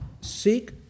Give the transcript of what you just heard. seek